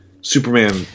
Superman